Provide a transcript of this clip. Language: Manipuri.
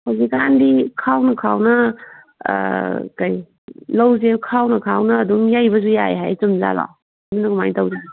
ꯍꯧꯖꯤꯛ ꯀꯥꯟꯗꯤ ꯈꯥꯎꯅ ꯈꯥꯎꯅ ꯀꯔꯤ ꯂꯧꯁꯦ ꯈꯥꯎꯅ ꯈꯥꯎꯅ ꯑꯗꯨꯝ ꯌꯩꯕꯁꯨ ꯌꯥꯏ ꯍꯥꯏ ꯆꯨꯝ ꯖꯥꯠꯂꯣ ꯑꯗꯨꯅ ꯀꯃꯥꯏ ꯇꯧꯗꯣꯏꯅꯣ